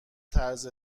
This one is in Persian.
طرز